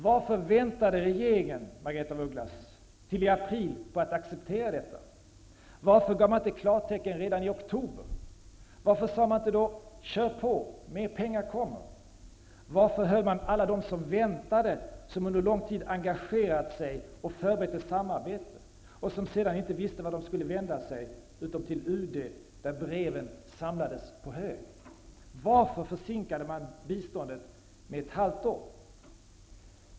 Varför väntade regeringen, Margaretha af Ugglas, till i april på att acceptera detta? Varför gav man inte klartecken redan i oktober? Varför sade man inte då: Kör på, mer pengar kommer? Varför höll man alla dem väntande i ovisshet som under lång tid engagerat sig och förberett ett samarbete och som sedan inte visste vart de skulle vända sig -- utom till UD där breven samlades på hög? Varför försinkade man biståndet med ett halvår?